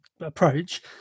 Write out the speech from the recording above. approach